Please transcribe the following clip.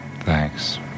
Thanks